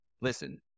listen